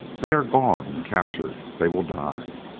they are gone captured they will die.